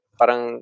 parang